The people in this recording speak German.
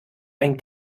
ein